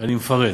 אני מפרט,